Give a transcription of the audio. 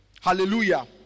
Hallelujah